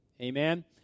Amen